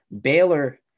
Baylor